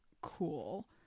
Cool